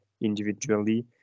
individually